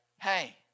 Hey